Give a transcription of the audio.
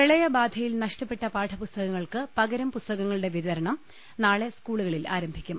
പ്രളയബാധയിൽ നഷ്ടപ്പെട്ട പാഠപുസ്തകങ്ങൾക്ക് പകരം പുസ്ത കങ്ങളുടെ വിതരണം നാളെ സ്കൂളുകളിൽ ആരംഭിക്കും